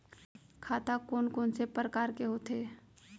खाता कोन कोन से परकार के होथे?